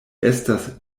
estas